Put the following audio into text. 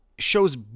shows